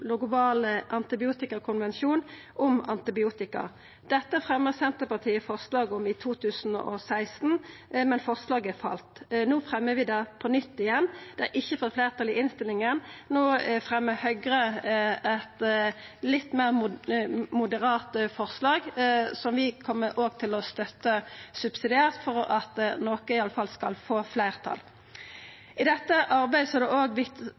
antibiotikakonvensjon om antibiotika. Dette fremja Senterpartiet forslag om i 2016, men forslaget fall. No fremjar vi det på nytt. Det har ikkje fått fleirtal i innstillinga. Høgre fremjar eit litt meir moderat forslag no, som vi kjem til å støtta subsidiært for at noko iallfall skal få fleirtal. I dette arbeidet er det